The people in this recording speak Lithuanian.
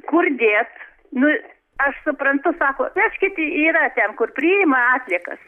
kur dėt nu aš suprantu sako vežkit yra ten kur priima atliekas